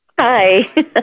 Hi